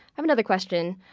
have another question.